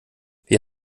wir